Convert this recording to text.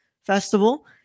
Festival